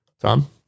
Tom